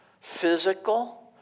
physical